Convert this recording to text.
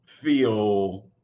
feel